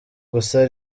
gusa